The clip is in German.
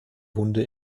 hunde